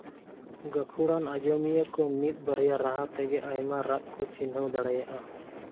ᱜᱟᱹᱠᱷᱩᱲᱟᱱ ᱟᱡᱚᱢᱤᱭᱟᱹ ᱠᱚ ᱢᱤᱫ ᱵᱟᱨᱭᱟ ᱨᱟᱦᱟ ᱛᱮᱜᱮ ᱟᱭᱢᱟ ᱨᱟᱜ ᱠᱚ ᱪᱤᱱᱦᱟᱹᱣ ᱫᱟᱲᱮᱭᱟᱜᱼᱟ